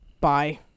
Bye